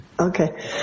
Okay